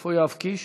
איפה יואב קיש?